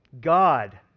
God